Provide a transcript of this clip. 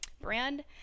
brand